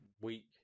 week